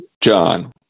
John